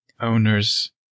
owner's